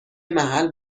محل